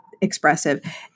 expressive